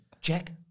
Check